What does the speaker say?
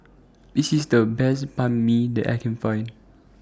This IS The Best Banh MI that I Can Find